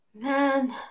Man